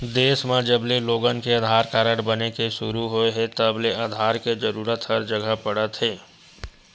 देस म जबले लोगन के आधार कारड बने के सुरू होए हे तब ले आधार के जरूरत हर जघा पड़त हे